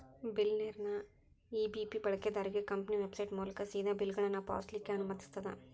ಬಿಲ್ಲರ್ನೇರ EBP ಬಳಕೆದಾರ್ರಿಗೆ company website ಮೂಲಕಾ ಸೇದಾ ಬಿಲ್ಗಳನ್ನ ಪಾವತಿಸ್ಲಿಕ್ಕೆ ಅನುಮತಿಸ್ತದ